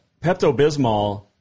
Pepto-Bismol